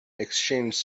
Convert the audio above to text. exchanged